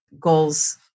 goals